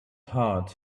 heart